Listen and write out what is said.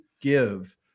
give